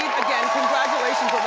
again congratulations